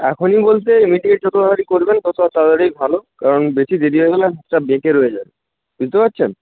এখনই বলতে ইমিডিয়েট যতো তাড়াতাড়ি করবেন ততো তাড়াতাড়ি ভালো কারণ বেশি দেরি হয়ে গেলে বেঁকে রয়ে যাবে বুঝতে পারছেন